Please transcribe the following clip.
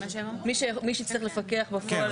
מי שיצרך לפקח בפועל?